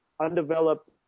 undeveloped